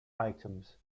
items